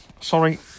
Sorry